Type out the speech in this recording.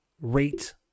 rate